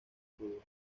estudio